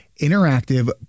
interactive